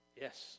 Yes